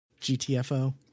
GTFO